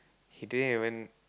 he didn't even